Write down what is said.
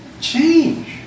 change